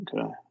Okay